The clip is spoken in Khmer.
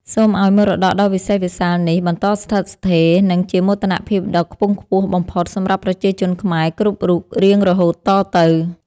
សូមឱ្យមរតកដ៏វិសេសវិសាលនេះបន្តស្ថិតស្ថេរ និង ជាមោទនភាពដ៏ខ្ពង់ខ្ពស់បំផុតសម្រាប់ប្រជាជនខ្មែរគ្រប់រូបរៀងរហូតតទៅ។